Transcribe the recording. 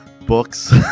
books